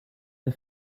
the